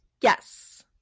Yes